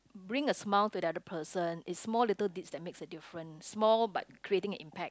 bring a smile to the other person is small little deed that makes a different small but creating impact